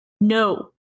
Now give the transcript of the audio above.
no